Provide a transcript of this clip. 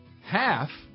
Half